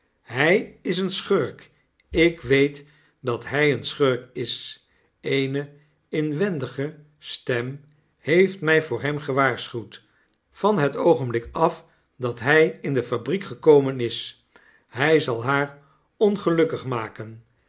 hij is een schurk ik weet dat hij een schurk is eene inwendige stem heeft mij voor hem gewaarschuwd van het oogenblik af dat hij in de fabriek gekomen is hij zal haar ongelukkig maken